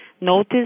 notice